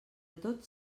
tots